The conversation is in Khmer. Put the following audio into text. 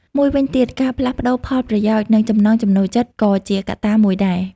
មួយវិញទៀត ការផ្លាស់ប្តូរផលប្រយោជន៍ និងចំណង់ចំណូលចិត្ត ក៏ជាកត្តាមួយដែរ។